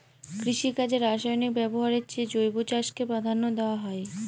কৃষিকাজে রাসায়নিক ব্যবহারের চেয়ে জৈব চাষকে প্রাধান্য দেওয়া হয়